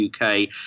UK